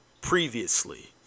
previously